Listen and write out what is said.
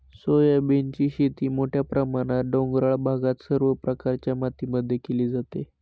सोयाबीनची शेती मोठ्या प्रमाणात डोंगराळ भागात सर्व प्रकारच्या मातीमध्ये केली जाते